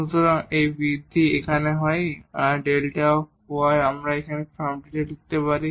সুতরাং যদি এই বৃদ্ধি এখানে হয় Δ y আমরা এই ফর্মটিতে লিখতে পারি